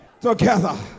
together